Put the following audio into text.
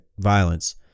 violence